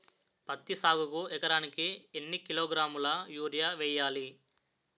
పత్తి సాగుకు ఎకరానికి ఎన్నికిలోగ్రాములా యూరియా వెయ్యాలి?